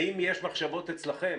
האם יש מחשבות אצלכם